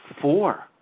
Four